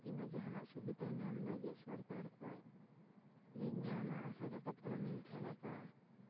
ᱠᱤᱢᱵᱟ ᱡᱟᱦᱟᱱᱟᱜ ᱥᱩᱵᱤᱫᱟ ᱧᱟᱢ ᱞᱟᱹᱜᱤᱫ ᱥᱚᱨᱠᱟᱨ ᱠᱷᱚᱱ ᱡᱮᱧ ᱧᱟᱢᱟ ᱟᱥᱟ ᱠᱟᱛᱮᱫ ᱯᱷᱚᱨᱚᱢ ᱤᱧ ᱯᱷᱮᱞᱟᱯᱟ